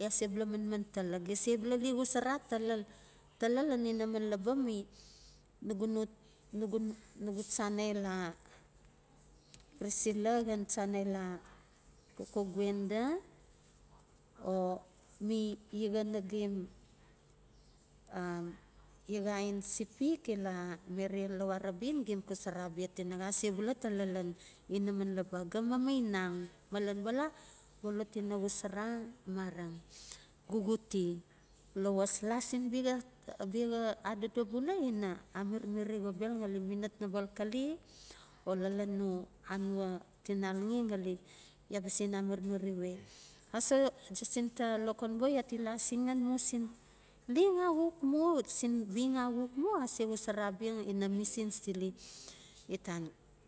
iaa sebula manman tala, gem sebula xosara tala lan inaman laba mi nugu no nugu tsana ila priscilla na xan tsana ila koko gwenda o mi iaxaa nagem, iaa ain sepik ila maryane lawari bin gem xosara abia tinaxa sebula tala lan inaman laba. Ga mamainang. Malen bala xolot ina xosora marang xuxute lawas, la siin bia-biaxa adodo bula, ina amirmir xobel ngali minat naba xalkale o lalon no anua tinalnge ngali iaa ba sen amirmiri we, aso jacinta lokonboiaa ti la singan mu siin leng axuk mu, siin leng axuk mu ase xosara abia ina missions tile itan.